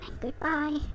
Goodbye